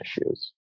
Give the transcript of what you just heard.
issues